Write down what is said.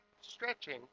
stretching